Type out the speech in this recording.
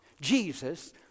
Jesus